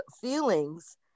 feelings